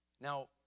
Now